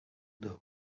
the